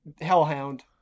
hellhound